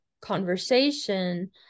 conversation